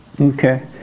Okay